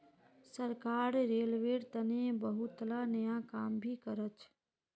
सरकार रेलवेर तने बहुतला नया काम भी करछ